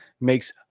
makes